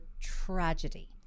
tragedy